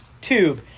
tube